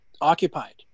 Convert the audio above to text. occupied